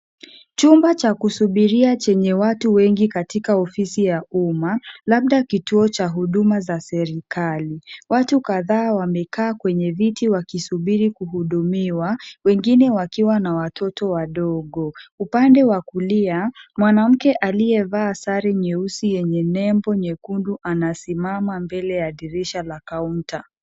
Chumba cha kusubiria chenye watu wengi katika ofisi ya umma labda kituo cha huduma za serikali. Watu kadhaa wamekaa kwenye viti wakisubiri kuhudumiwa, wengine wakiwa na watoto wadogo. Upande wa kulia, mwanamke aliyevaa sare nyeusi yenye nembo nyekundu anasimama mbele ya dirisha la counter .